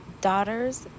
daughters